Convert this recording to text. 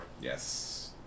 Yes